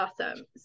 awesome